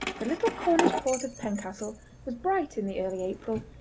the little cornish port of pencastle was bright in the early april,